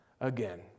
again